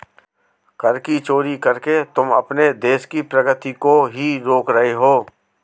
कर की चोरी करके तुम अपने देश की प्रगती को ही रोक रहे हो